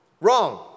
Wrong